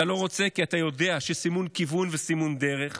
אתה לא רוצה כי אתה יודע שסימון כיוון וסימון דרך